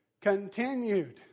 Continued